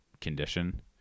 condition